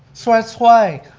so that's why,